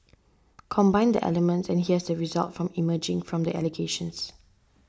combine the elements and here's the result from emerging from the allegations